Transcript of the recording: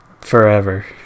forever